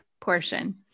portion